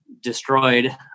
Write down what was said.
destroyed